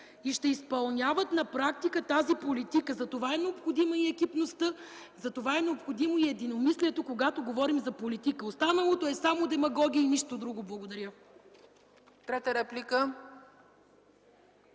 и ще изпълняват на практика тази политика. Затова е необходима и екипността, затова е необходимо и единомислието, когато говорим за политика. Останалото е само демагогия и нищо друго! Благодаря. ПРЕДСЕДАТЕЛ